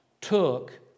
took